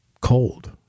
cold